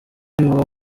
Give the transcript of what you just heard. bivugwa